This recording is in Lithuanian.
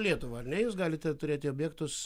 lietuvą ar ne jūs galite turėti objektus